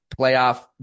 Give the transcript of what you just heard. playoff